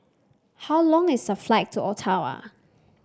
how long is the flight to Ottawa